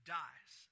dies